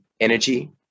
energy